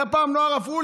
היה פעם נוער רפול.